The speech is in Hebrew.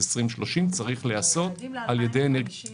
2030 צריך להיעשות על ידי אנרגיות מתחדשות.